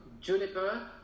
juniper